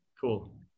Cool